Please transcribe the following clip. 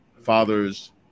fathers